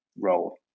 role